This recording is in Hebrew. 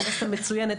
אוניברסיטה מצוינת.